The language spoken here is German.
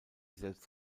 selbst